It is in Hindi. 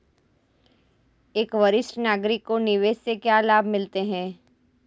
एक वरिष्ठ नागरिक को निवेश से क्या लाभ मिलते हैं?